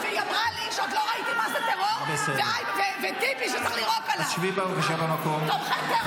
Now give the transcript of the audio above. גש ושב במקום.